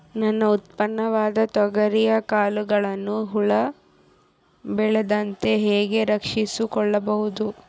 ನನ್ನ ಉತ್ಪನ್ನವಾದ ತೊಗರಿಯ ಕಾಳುಗಳನ್ನು ಹುಳ ಬೇಳದಂತೆ ಹೇಗೆ ರಕ್ಷಿಸಿಕೊಳ್ಳಬಹುದು?